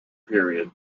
period